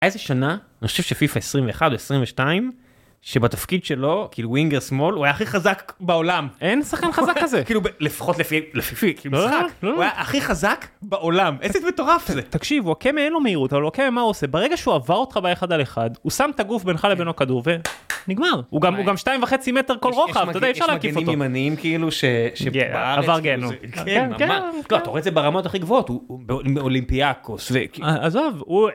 איזה שנה, אני חושב שפיפא 21-22 שבתפקיד שלו, כאילו ווינגר שמאל, הוא היה הכי חזק בעולם. אין שחקן חזק כזה. לפחות לפי משחק. הוא היה הכי חזק בעולם. איזה מטורף זה. תקשיב וואקמה אין לו מהירות אבל וואקמה מה הוא עושה? ברגע שהוא עבר אותך באחד על אחד, הוא שם את הגוף בינך לבין הכדור ונגמר. הוא גם הוא גם שתיים וחצי מטר כל רוחב. אתה יודע אי אפשר להקיף אותו. יש מגנים ימניים, כאילו, שבארץ. עבר גהנום. כן, ממש, כן, אתה רואה את זה ברמות הכי גבוהות, אולימפיאקוס. וכאילו, עזוב